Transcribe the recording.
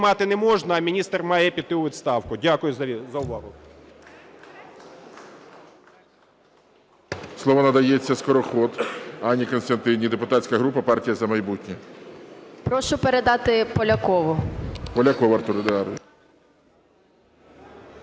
міністр має піти у відставку. Дякую за увагу.